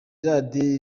radio